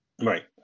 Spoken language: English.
Right